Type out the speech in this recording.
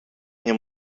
nie